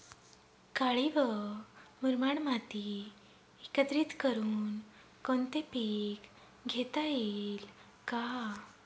काळी व मुरमाड माती एकत्रित करुन कोणते पीक घेता येईल का?